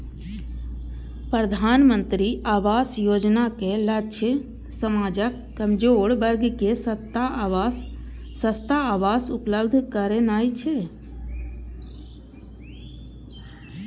प्रधानमंत्री आवास योजनाक लक्ष्य समाजक कमजोर वर्ग कें सस्ता आवास उपलब्ध करेनाय छै